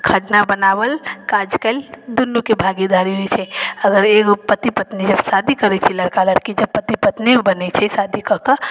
खाना बनावल काज कएल दुनूके भागीदारी रहै छै अगर एगो पति पत्नी जब शादी करै छै लड़का लड़की जब पति पत्नी बनै छै शादी कऽ कऽ